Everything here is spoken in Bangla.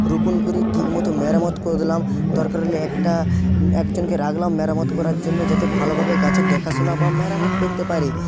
রোপণ করে ঠিকমতো মেরামত করে দিলাম দরকার হলে একটা একজনকে রাখলাম মেরামত করার জন্য যাতে ভালোভাবে গাছের দেখাশোনা বা মেরামত করতে পারে